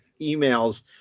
emails